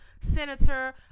senator